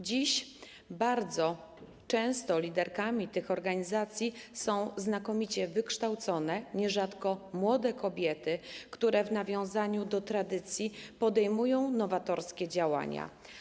Dziś bardzo często liderkami tych organizacji są znakomicie wykształcone, nierzadko młode kobiety, które w nawiązaniu do tradycji podejmują nowatorskie działania.